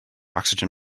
oxygen